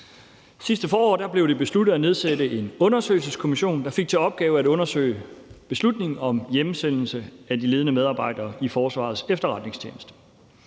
Sidste forår blev det besluttet at nedsætte en undersøgelseskommission, der fik til opgave at undersøge beslutningen om hjemsendelse af de ledende medarbejdere i Forsvarets Efterretningstjeneste.